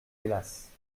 glace